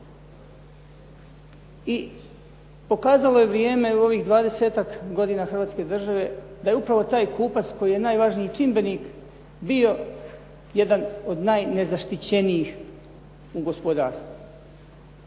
I pokazalo je vrijeme, evo ovih dvadesetak godina Hrvatske države da je upravo taj kupac koji je najvažniji čimbenik bio jedan od najnezaštićenijih u gospodarstvu.